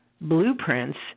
blueprints